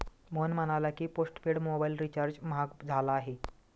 मोहन म्हणाला की, postpaid mobile recharge महाग झाला आहे